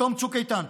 בתום צוק איתן.